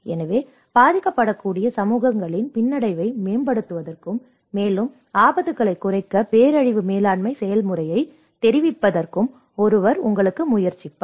எனவே பாதிக்கப்படக்கூடிய சமூகங்களின் பின்னடைவை மேம்படுத்துவதற்கும் மேலும் ஆபத்துக்களைக் குறைக்க பேரழிவு மேலாண்மை செயல்முறையைத் தெரிவிப்பதற்கும் ஒருவர் உங்களுக்கு முயற்சிப்பார்